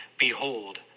Behold